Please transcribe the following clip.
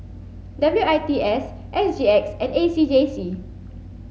W I T S S G X and A C J C